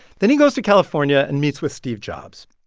then he goes to california and meets with steve jobs.